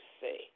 say